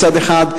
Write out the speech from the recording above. מצד אחד,